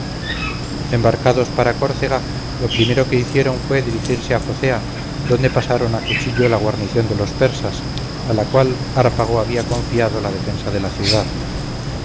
bienhechor arganthonio embarcados para córcega lo primero que hicieron fue dirigirse a focea donde pasaron a cuchillo la guarnición de los persas a la cual hárpago había confiado la defensa de la ciudad